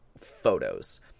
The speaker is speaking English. photos